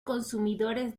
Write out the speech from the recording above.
consumidores